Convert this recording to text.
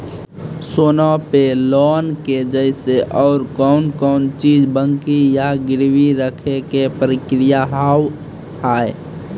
सोना पे लोन के जैसे और कौन कौन चीज बंकी या गिरवी रखे के प्रक्रिया हाव हाय?